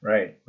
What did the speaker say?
Right